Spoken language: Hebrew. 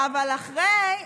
אבל אחרי,